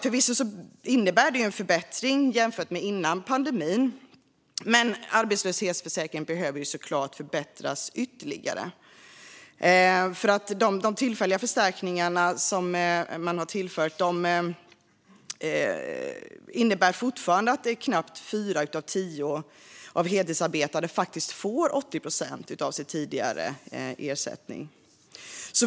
Förvisso innebär det en förbättring jämfört med läget innan pandemin, men arbetslöshetsförsäkringen behöver såklart förbättras ytterligare. De tillfälliga förstärkningar man tillfört innebär att det fortfarande är knappt fyra av tio heltidsarbetande som faktiskt får 80 procent av sin tidigare lön i ersättning.